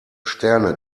sterne